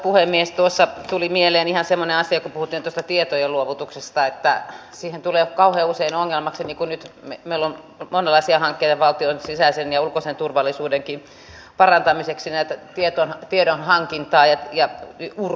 tuossa tuli mieleen ihan semmoinen asia kun puhuttiin tuosta tietojen luovutuksesta että siihen tulee kauhean usein ongelmaksi niin kuin nyt meillä on monenlaisia hankkeita valtion sisäisen ja ulkoisen turvallisuudenkin parantamiseksi tiedon hankintaa ja urkkimistakin